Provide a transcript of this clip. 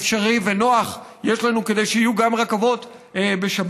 אפשרי ונוח יש לנו כדי שיהיו גם רכבות בשבת,